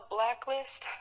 Blacklist